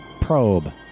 Probe